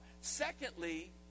Secondly